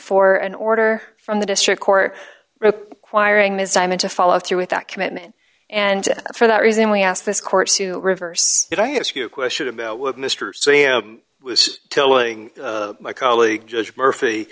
for an order from the district court wiring ms diamond to follow through with that commitment and for that reason we ask this court to reverse it i ask you a question about what mr c m was telling my colleague judge murphy